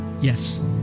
Yes